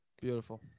Beautiful